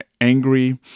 angry